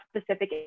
specific